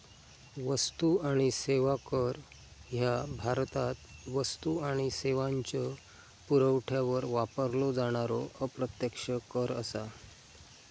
वस्तू आणि सेवा कर ह्या भारतात वस्तू आणि सेवांच्यो पुरवठ्यावर वापरलो जाणारो अप्रत्यक्ष कर असा